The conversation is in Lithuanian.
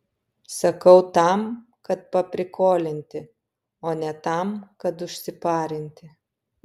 sakau tam kad paprikolinti o ne tam kad užsiparinti